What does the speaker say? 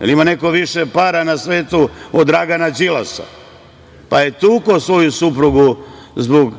ima neko više para na svetu od Dragana Đilasa? Pa je tukao svoju suprugu zbog